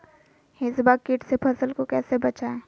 हिसबा किट से फसल को कैसे बचाए?